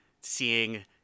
seeing